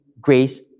grace